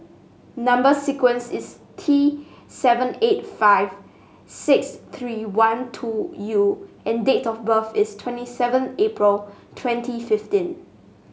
number sequence is T seven eight five six three one two U and date of birth is twenty seven April twenty fifteen